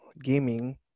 gaming